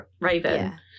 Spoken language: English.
Raven